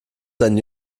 seinen